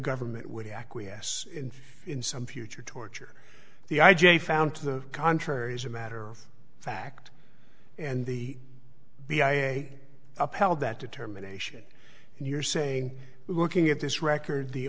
government would acquiesce in some future torture the i j a found to the contrary as a matter of fact and the the i a e a upheld that determination and you're saying looking at this record the